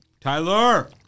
Tyler